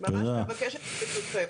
אני ממש מבקשת את אישורכם.